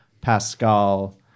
Pascal